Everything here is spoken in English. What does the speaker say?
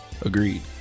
Agreed